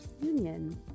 Union